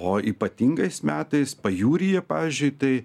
o ypatingais metais pajūryje pavyzdžiui tai